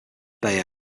bay